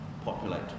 populate